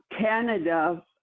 Canada